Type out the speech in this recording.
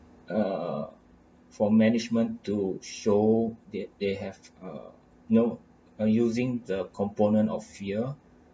uh for management to show that they have uh know uh using the component of fear